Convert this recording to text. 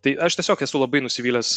tai aš tiesiog esu labai nusivylęs